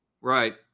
Right